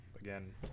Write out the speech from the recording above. again